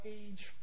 age